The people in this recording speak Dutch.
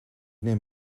neem